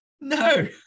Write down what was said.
No